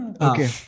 Okay